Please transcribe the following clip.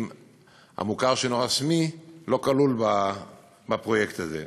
המוכר שאינו רשמי לא כלול בפרויקט הזה,